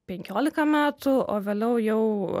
penkiolika metų o vėliau jau